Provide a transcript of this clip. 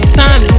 time